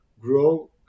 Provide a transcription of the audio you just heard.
grow